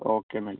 okay മതി